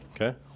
Okay